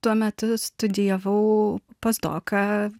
tuo metu studijavau pas doką